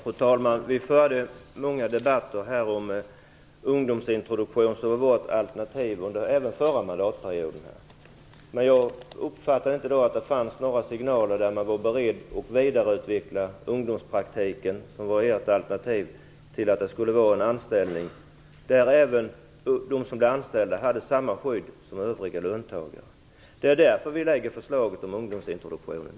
Fru talman! Vi förde många debatter om ungdomsintroduktionen, som var vårt alternativ även under den förra mandatperioden. Jag uppfattade då inga signaler om att man var beredd att vidareutveckla ungdomspraktiken, som var ert alternativ till anställning, så att ungdomarna där skulle få samma skydd som övriga löntagare. Det är därför som vi lägger fram förslaget om ungdomsintroduktionen.